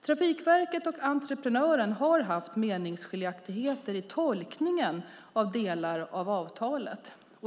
Trafikverket och entreprenören har haft meningsskiljaktigheter i tolkningen av delar av avtalet.